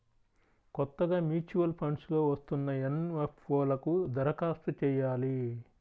కొత్తగా mutual funds లో వస్తున్న ఎన్.ఎఫ్.ఓ లకు దరఖాస్తు చెయ్యాలి